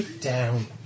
down